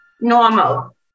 normal